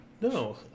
No